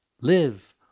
live